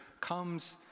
comes